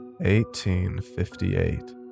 1858